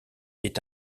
est